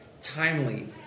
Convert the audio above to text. timely